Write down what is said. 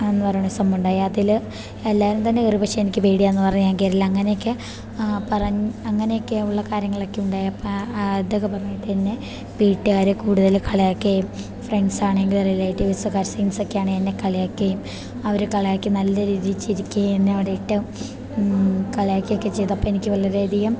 എന്ന് പറയണ ഒരു സംഭവമുണ്ടായി അതിൽ എല്ലാവരും തന്നെ കയറി പക്ഷെ എനിക്ക് പേടിയാണെന്ന് പറഞ്ഞു ഞാൻ കയറിയില്ല അങ്ങനെയൊക്കെ പറഞ്ഞ് അങ്ങനെയൊക്കെ ഉള്ള കാര്യങ്ങളൊക്കെ ഉണ്ടായി അപ്പം അതൊക്കെ പറഞ്ഞിട്ട് എന്നെ വീട്ടുകാർ കൂടുതൽ കളിയാക്കുകയും ഫ്രണ്ട്സ് ആണെങ്കിലും റിലേറ്റീവ്സ് കസിൻസൊക്കെയാണെങ്കിൽ എന്നെ കളിയാക്കുകയും അവർ കളിയാക്കി നല്ല രീതിയിൽ ചിരിക്കുകയും എന്നെ അവിടെ ഇട്ട് കളിയാക്കുകയൊക്കെ ചെയ്തപ്പോൾ എനിക്ക് വളരെയധികം